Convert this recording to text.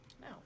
No